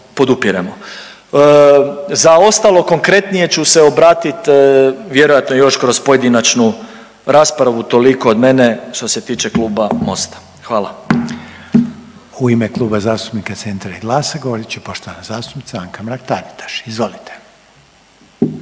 podupiremo. Za ostalo konkretnije ću se obratit vjerojatno kroz pojedinačnu raspravu. Toliko od mene što se tiče kluba Mosta. Hvala. **Reiner, Željko (HDZ)** U ime Kluba zastupnika Centra i GLAS-a govorit će poštovana zastupnica Anka Mrak Taritaš. Izvolite.